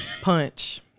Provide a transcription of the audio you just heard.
punch